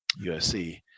USC